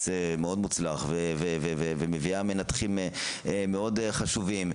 מוצלח מאוד ומביאה מנתחים חשובים מאוד,